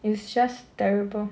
is just terrible